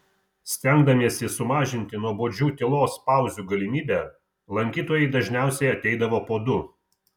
stengdamiesi sumažinti nuobodžių tylos pauzių galimybę lankytojai dažniausiai ateidavo po du